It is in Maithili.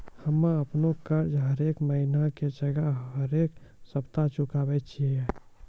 हम्मे अपनो कर्जा हरेक महिना के जगह हरेक सप्ताह चुकाबै छियै